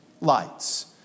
lights